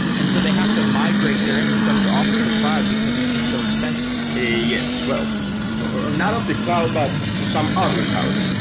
and so they have to migrate their infrastructure off of the cloud because it's just so expensive yes, or not off the cloud, but to some other cloud.